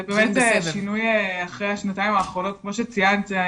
זה באמת שינוי אחרי השנתיים האחרונות, כמו שציינת.